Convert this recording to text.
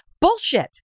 bullshit